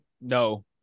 no